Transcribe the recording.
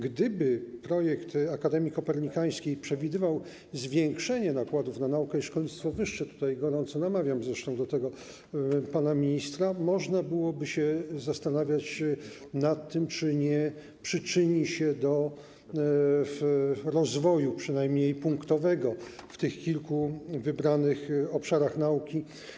Gdyby projekt Akademii Kopernikańskiej przewidywał zwiększenie nakładów na naukę i szkolnictwo wyższe - tutaj gorąco namawiam zresztą do tego pana ministra - można by było zastanawiać się nad tym, czy nie przyczyni się do rozwoju polskich badań, przynajmniej punktowego, w tych kilku wybranych obszarach nauki.